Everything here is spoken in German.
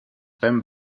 beim